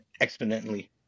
exponentially